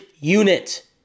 unit